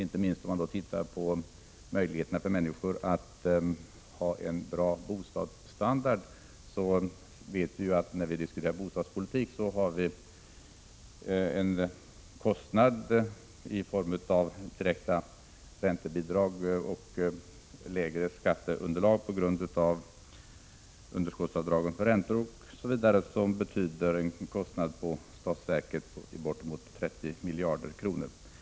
Inte minst när det gäller människors möjlighet att ha en bra bostadsstandard vet vi, från diskussionerna om bostadspolitiken, att direkta räntebidrag och lägre skatteunderlag på grund av underskottsavdragen för räntor osv. betyder en kostnad för statsverket på bortemot 30 miljarder kronor.